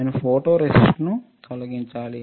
నేను ఫోటోరేసిస్ట్ను తొలగించాలి